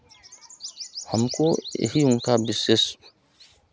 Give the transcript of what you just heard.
हमको यही उनका विशेष